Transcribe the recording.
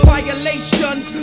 Violations